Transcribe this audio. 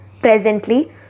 Presently